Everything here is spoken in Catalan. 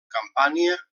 campània